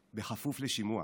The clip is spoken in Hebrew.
בכפוף לשימוע: